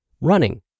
running